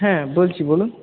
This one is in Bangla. হ্যাঁ বলছি বলুন